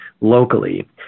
locally